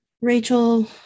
Rachel